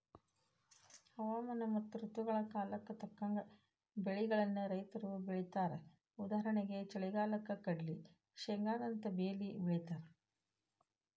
ಹವಾಮಾನ ಮತ್ತ ಋತುಗಳ ಕಾಲಕ್ಕ ತಕ್ಕಂಗ ಬೆಳಿಗಳನ್ನ ರೈತರು ಬೆಳೇತಾರಉದಾಹರಣೆಗೆ ಚಳಿಗಾಲಕ್ಕ ಕಡ್ಲ್ಲಿ, ಶೇಂಗಾದಂತ ಬೇಲಿ ಬೆಳೇತಾರ